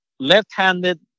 Left-handed